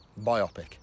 Biopic